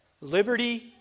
Liberty